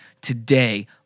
today